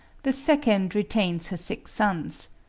the second retains her six sons.